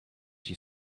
she